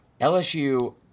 LSU